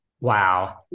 Wow